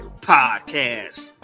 podcast